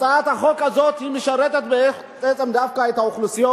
הצעת החוק הזאת משרתת בעצם דווקא את האוכלוסייה